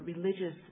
religious